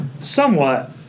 somewhat